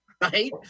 right